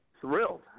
thrilled